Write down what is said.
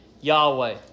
Yahweh